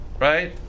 right